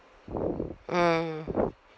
mm